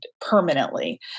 permanently